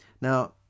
Now